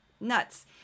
Nuts